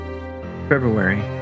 February